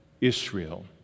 Israel